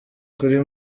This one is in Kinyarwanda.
kuri